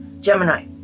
Gemini